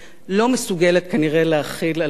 לא מסוגלת כנראה להחיל על עצמה,